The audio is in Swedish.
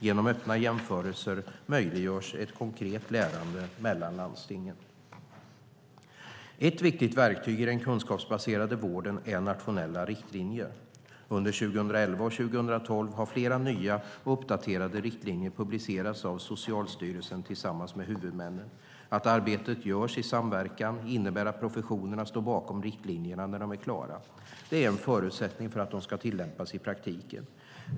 Genom Öppna jämförelser möjliggörs ett konkret lärande mellan landstingen. Ett viktigt verktyg för den kunskapsbaserade vården är nationella riktlinjer. Under 2011 och 2012 har flera nya och uppdaterade riktlinjer publicerats av Socialstyrelsen tillsammans med huvudmännen. Att arbetet görs i samverkan innebär att professionerna står bakom riktlinjerna när de är klara. Det är en förutsättning för att de ska tillämpas i praktiken.